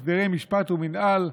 הסדרי משפט ומינהל,